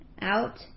out